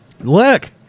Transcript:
look